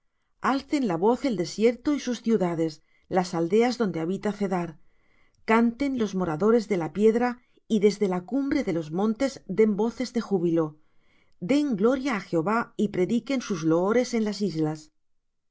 alcen la voz el desierto y sus ciudades las aldeas donde habita cedar canten los moradores de la piedra y desde la cumbre de los montes den voces de júbilo den gloria á jehová y prediquen sus loores en las islas